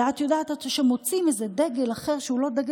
את יודעת, שמוצאים בהפגנה